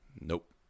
Nope